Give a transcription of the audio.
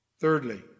Thirdly